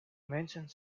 mensen